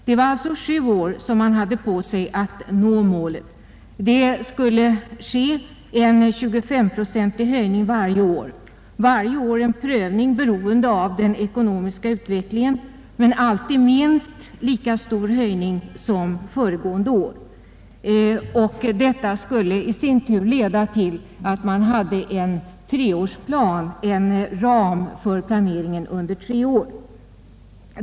Man hade alltså sju år på sig att nå målet. En 25-procentig höjning skulle ske varje år, och varje år skulle en prövning äga rum beroende på den ekonomiska utvecklingen. Men höjningen skulle alltid vara minst lika stor som föregående år. Detta skulle i sin tur leda till att man uppgjorde en treårsplan, en ram för planeringen under tre år.